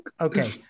Okay